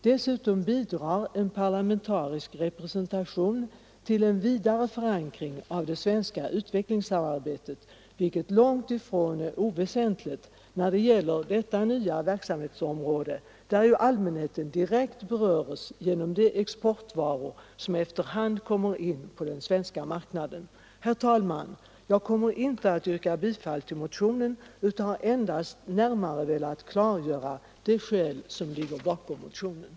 Dessutom bidrar en parlamentarisk representation till en vidare förankring av det svenska utvecklingssamarbetet, vilket långt ifrån är oväsentligt när det gäller detta nya verksamhetsområde, där ju allmänheten direkt berörs genom de exportvaror som efter hand kommer in på den svenska marknaden. Herr talman! Jag kommer inte att yrka bifall till motionen utan har endast närmare velat klargöra de skäl som ligger bakom densamma.